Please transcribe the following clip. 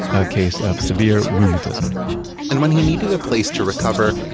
a case of severe rheumatism and when he needed a place to recover,